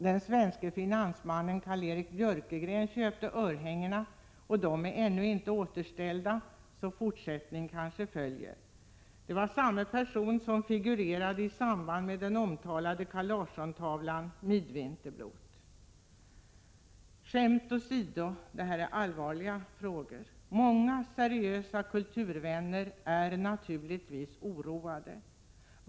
Den svenske ”finansmannen” Carl-Erik Björkegren köpte örhängena, och de är ännu inte återställda. Så fortsättning kanske följer. Samme person figurerade i samband med den omtalade Carl Larsson-tavlan Midvinterblot. Skämt åsido — det är allvarliga frågor. Många seriösa kulturvänner är naturligtvis oroade.